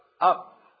up